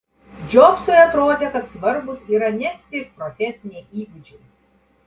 džobsui atrodė kad svarbūs yra ne tik profesiniai įgūdžiai